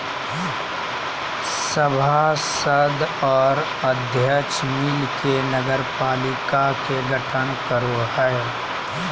सभासद और अध्यक्ष मिल के नगरपालिका के गठन करो हइ